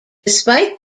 despite